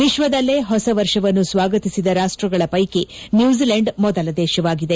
ವಿಶ್ವದಲ್ಲೇ ಹೊಸ ವರ್ಷವನ್ನು ಸ್ವಾಗತಿಸಿದ ರಾಷ್ಟಗಳ ಪೈಕಿ ನ್ಯೂಜಿಲೆಂಡ್ ಮೊದಲ ದೇಶವಾಗಿದೆ